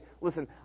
listen